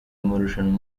amarushanwa